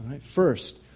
First